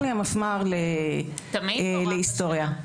תמיד או רק השנה?